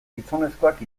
gizonezkoak